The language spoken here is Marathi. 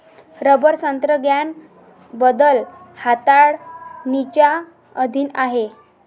रबर तंत्रज्ञान बदल हाताळणीच्या अधीन आहे